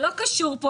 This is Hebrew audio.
זה לא קשור כאן.